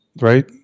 right